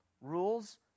Rules